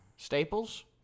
Staples